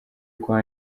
kwa